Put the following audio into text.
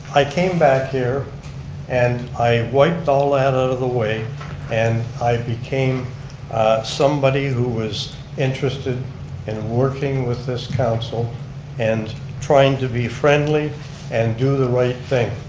i came back here and i wiped all that out of the way and i became somebody who was interested in working with this council and trying to be friendly and do the right thing.